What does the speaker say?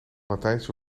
latijnse